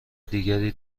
دیگری